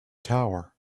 tower